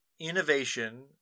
innovation